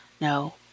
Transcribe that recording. No